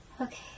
okay